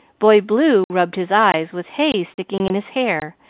boy blue rubbed his eyes, with hay sticking in his hair,